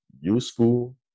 useful